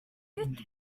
think